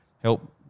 help